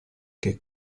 che